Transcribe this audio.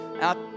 out